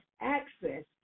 access